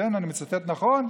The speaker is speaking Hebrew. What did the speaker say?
אני מצטט נכון?